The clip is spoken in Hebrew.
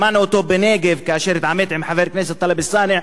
שמענו אותו בנגב כאשר התעמת עם חבר הכנסת טלב אלסאנע,